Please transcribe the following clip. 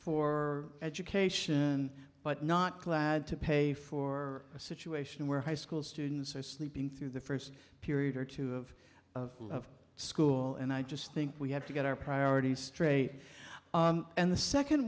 for education but not glad to pay for a situation where high school students are sleeping through the first period or two of school and i just think we have to get our priorities straight and the second